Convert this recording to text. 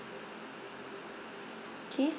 okay